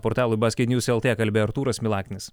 portalui basketnews lt kalbėjo artūras milaknis